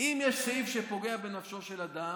אם יש סעיף שפוגע בנפשו של אדם,